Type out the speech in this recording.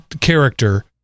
character